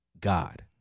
God